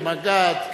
כמג"ד,